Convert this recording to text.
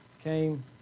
came